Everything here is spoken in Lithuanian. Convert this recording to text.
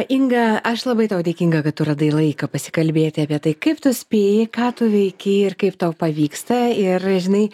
inga aš labai tau dėkinga kad tu radai laiko pasikalbėti apie tai kaip tu spėji ką tu veiki ir kaip tau pavyksta ir žinai